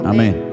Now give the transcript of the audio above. Amen